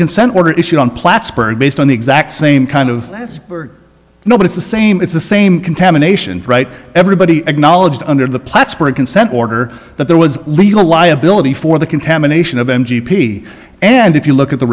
consent order issued on plattsburgh based on the exact same kind of bird no but it's the same it's the same contamination right everybody acknowledged under the plattsburgh consent order that there was legal liability for the contamination of m g p and if you look at the